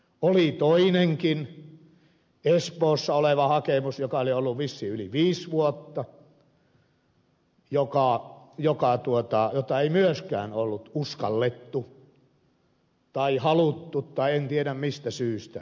oli toinenkin espoossa oleva hakemus joka oli ollut vissiin yli viisi vuotta jota ei myöskään ollut uskallettu tai haluttu en tiedä mistä syystä ratkaista